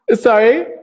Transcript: Sorry